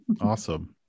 Awesome